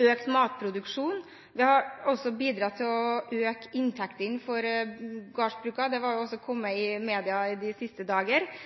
økt matproduksjon. Det har også bidratt til å øke inntektene for gårdsbrukene – det har også kommet i media de siste dagene–